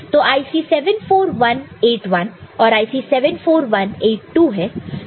तो IC 74181 और IC 74182 है